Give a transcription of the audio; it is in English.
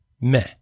meh